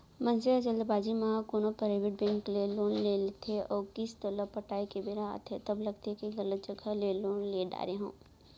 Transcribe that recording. मनसे ह जल्दबाजी म कोनो पराइबेट बेंक ले लोन ले लेथे अउ किस्त ल पटाए के बेरा आथे तब लगथे के गलत जघा ले लोन ले डारे हँव